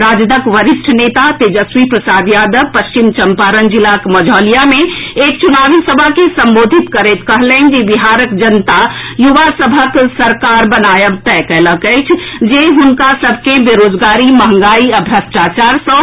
राजदक वरिष्ठ नेता तेजस्वी प्रसाद यादव पश्चिम चम्पारण जिलाक मंझोलिया मे एक चुनावी सभा के संबोधित करैत कहलनि जे बिहारक जनता युवा सभक सरकार बनायब तय कयलक अछि जे हुनका बेरोजगारी मंहगाई आ भ्रष्टाचार सँ मुक्ति दिआओत